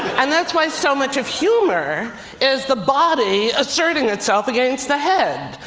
and that's why so much of humor is the body asserting itself against the head.